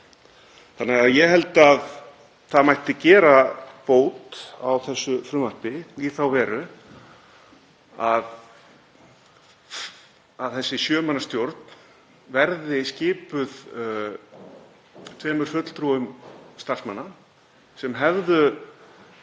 Þannig að ég held að það mætti gera bót á þessu frumvarpi í þá veru að þessi sjö manna stjórn verði skipuð tveimur fulltrúum starfsmanna sem hefðu